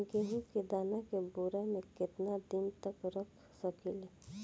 गेहूं के दाना के बोरा में केतना दिन तक रख सकिले?